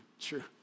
true